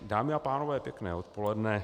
Dámy a pánové, pěkné odpoledne.